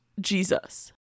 Jesus